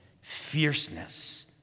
fierceness